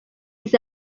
les